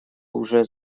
уже